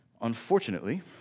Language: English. Unfortunately